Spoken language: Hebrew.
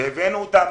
שהבאנו אותם